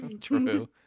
true